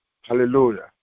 Hallelujah